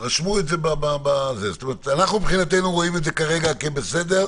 אנחנו מבחינתנו רואים את זה כבסדר.